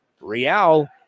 Real